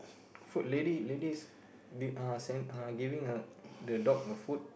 food lady lady's saying uh giving uh the dog a food